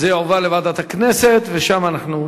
ולכן זה יועבר לוועדת הכנסת ושם נחליט.